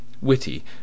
Witty